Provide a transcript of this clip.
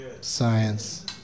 science